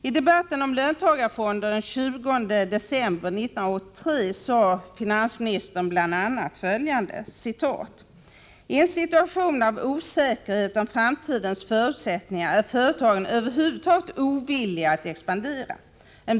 I debatten om löntagarfonder den 20 december 1983 sade finansministern bl.a. följande: ”I en situation av osäkerhet om framtidens förutsättningar är företagen över huvud taget ovilliga att expandera sin produktion.